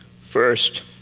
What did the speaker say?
First